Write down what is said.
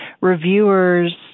reviewers